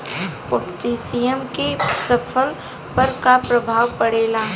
Potassium के फसल पर का प्रभाव पड़ेला?